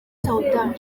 soudan